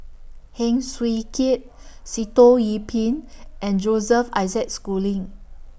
Heng Swee Keat Sitoh Yih Pin and Joseph Isaac Schooling